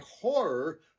horror